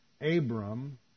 Abram